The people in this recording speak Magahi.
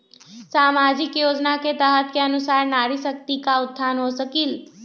सामाजिक योजना के तहत के अनुशार नारी शकति का उत्थान हो सकील?